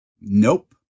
Nope